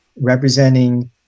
representing